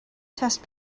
test